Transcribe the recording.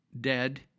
dead